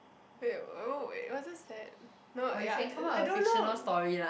wait was that sad no ya I don't know